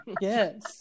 Yes